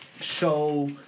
show